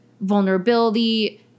vulnerability